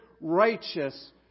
righteous